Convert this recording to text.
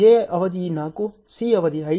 A ಅವಧಿ 4 C ಅವಧಿ 5